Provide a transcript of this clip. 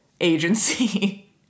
agency